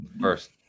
first